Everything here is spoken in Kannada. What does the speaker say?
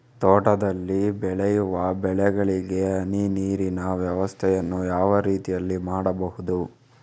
ತೋಟದಲ್ಲಿ ಬೆಳೆಯುವ ಬೆಳೆಗಳಿಗೆ ಹನಿ ನೀರಿನ ವ್ಯವಸ್ಥೆಯನ್ನು ಯಾವ ರೀತಿಯಲ್ಲಿ ಮಾಡ್ಬಹುದು?